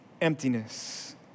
emptiness